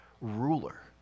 ruler